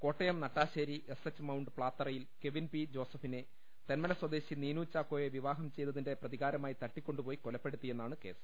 Kottayam Nattassery S H mount പ്ലാത്തറയിൽ Kevin P ജോസഫിനെ തെന്മല സ്വദേശി നീനു ചാക്കോയെ വിവാഹം ചെയ്തതിന്റെ പ്രതികാരമായി തട്ടിക്കൊണ്ടു പോയി കൊലപ്പെടുത്തിയെന്നാണ് കേസ്